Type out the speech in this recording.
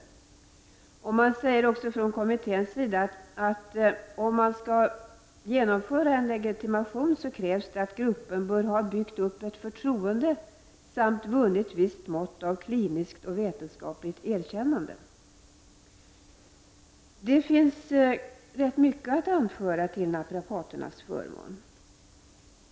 Kommittén sade också att om man skall införa en legitimation, så krävs det att gruppen skall ha byggt upp ett förtroende samt vunnit visst mått av kliniskt och vetenskapligt erkännande. Det finns rätt mycket att anföra till naprapaternas förmån.